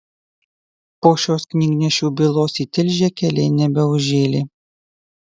po šios knygnešių bylos į tilžę keliai nebeužžėlė